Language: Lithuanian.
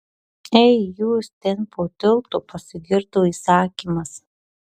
ei jūs ten po tiltu pasigirdo įsakymas